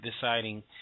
deciding